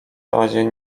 razie